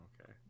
Okay